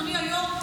אדוני היו"ר,